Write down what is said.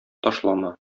ташлама